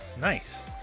nice